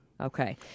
Okay